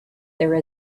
there